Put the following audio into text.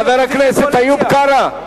חבר הכנסת איוב קרא.